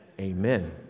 Amen